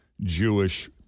Jewish